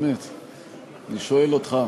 באמת, אני שואל אותך,